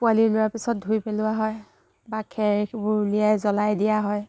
পোৱালি ওলোৱাৰ পিছত ধুই পেলোৱা হয় বা খেৰবোৰ উলিয়াই জ্বলাই দিয়া হয়